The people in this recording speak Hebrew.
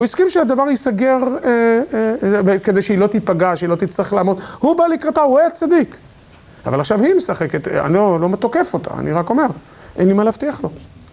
הוא הסכים שהדבר ייסגר אה... אה... כדי שהיא לא תיפגע, שהיא לא תצטרך לעמוד. הוא בא לקראתה, הוא היה צדיק. אבל עכשיו היא משחקת, אני לא תוקף אותה, אני רק אומר. אין לי מה להבטיח לו.